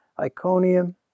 Iconium